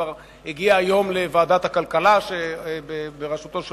וכבר הגיעה היום לוועדת הכלכלה בראשותו של